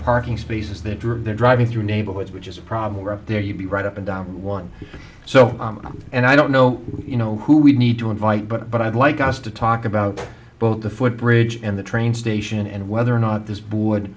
parking spaces they drive their driving through neighborhoods which is a problem right there you'd be right up and down one so and i don't know you know who we need to invite but i'd like us to talk about both the footbridge and the train station and whether or not this board